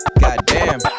goddamn